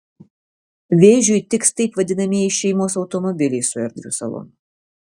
vėžiui tiks taip vadinamieji šeimos automobiliai su erdviu salonu